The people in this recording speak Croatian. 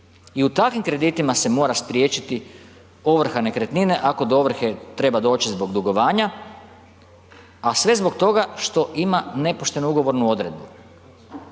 i u takvim kreditima se mora spriječiti ovrha nekretnine ako do ovrhe treba doći zbog dugovanja a sve zbog toga što ima nepoštenu ugovornu odredbu.